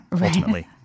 ultimately